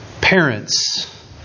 parents